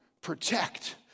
protect